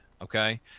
Okay